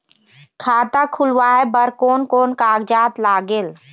खाता खुलवाय बर कोन कोन कागजात लागेल?